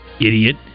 Idiot